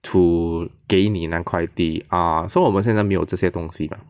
to 给你拿块地 ah so 我们现在没有这些东西 mah